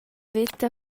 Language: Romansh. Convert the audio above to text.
veta